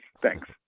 Thanks